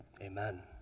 Amen